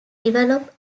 develop